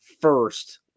first